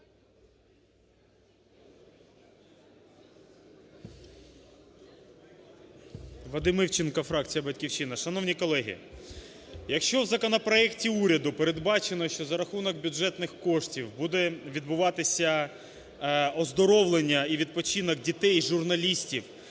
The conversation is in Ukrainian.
Вадим Івченко, фракція "Батьківщина". Шановні колеги! Якщо в законопроекті уряду передбачено, що за рахунок бюджетних коштів буде відбуватися оздоровлення і відпочинок дітей журналістів,